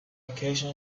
location